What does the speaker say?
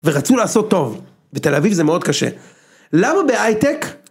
ורצו לעשות טוב, בתל אביב זה מאוד קשה. למה בהייטק